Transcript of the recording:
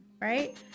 right